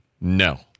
No